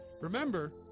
Remember